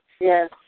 Yes